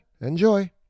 enjoy